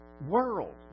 World